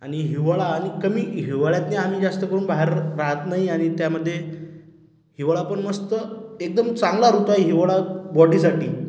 आणि हिवाळा आणि कमी हिवाळ्यातनी आम्ही जास्त करून बाहेर राहात नाही आणि त्यामध्ये हिवाळा पण मस्त एकदम चांगला ऋतू आहे हिवाळा बॉडीसाठी